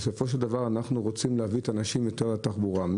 בסופו של דבר אנחנו רוצים להביא את האנשים לתחבורה הציבורית.